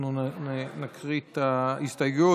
אנחנו נקרא את ההסתייגות.